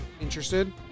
Interested